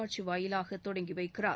காட்சி வாயிலாக தொடங்கி வைக்கிறார்